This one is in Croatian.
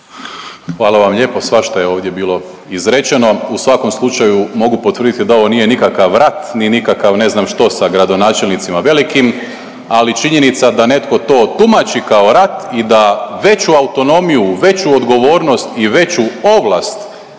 Hvala vam lijepo. Svašta je ovdje bilo izrečeno. U svakom slučaju mogu potvrditi da ovo nije nikakav rat ni nikakav ne znam što sa gradonačelnicima velikim, ali činjenica da netko to tumači kao rat i da veću autonomiju, veću odgovornost i veću ovlast